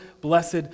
blessed